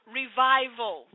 revival